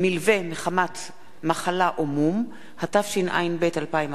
(מִלווה מחמת מחלה או מום), התשע"ב 2011,